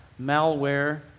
malware